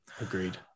Agreed